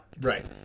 Right